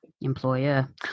employer